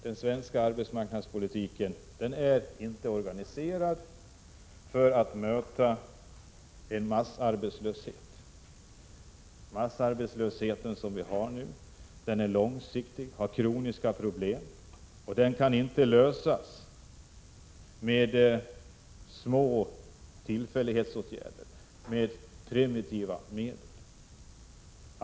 Den svenska arbetsmarknadspolitiken är inte organiserad ken, m.m. för att möta en massarbetslöshet. Den massarbetslöshet som vi har nu är långsiktig med kroniska problem, och den kan inte avhjälpas med små tillfälliga åtgärder, med primitiva medel.